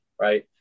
right